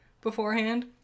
beforehand